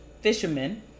fisherman